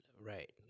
Right